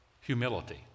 humility